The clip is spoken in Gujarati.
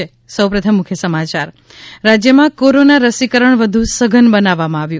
ે રાજ્યમાં કોરોના રસીકરણ વધુ સઘન બનાવવામાં આવ્યું